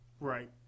Right